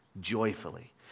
joyfully